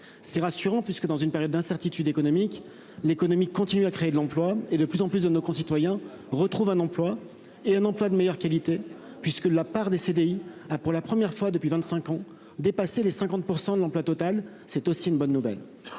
C'est rassurant, puisque, dans une période d'incertitude économique, l'économie continue à créer de l'emploi : de plus en plus de nos concitoyens retrouvent un emploi, qui plus est un emploi de meilleure qualité, puisque la part des contrats à durée indéterminée (CDI) a, pour la première fois depuis vingt-cinq ans, dépassé les 50 % de l'emploi total. C'est aussi une bonne nouvelle.